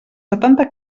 setanta